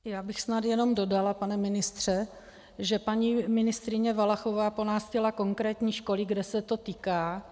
Já bych snad jenom dodala, pane ministře, že paní ministryně Valachová po nás chtěla konkrétní školy, kterých se to týká.